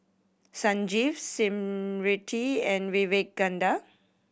Sanjeev Smriti and Vivekananda